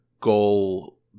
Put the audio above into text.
goal